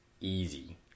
easy